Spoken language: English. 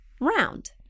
Round